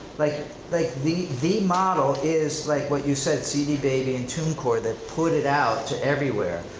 like like the the model is like what you said, cd baby and tunecore that put it out to everywhere.